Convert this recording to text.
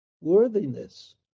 worthiness